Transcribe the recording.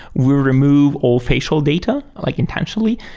we remove all facial data like intentionally.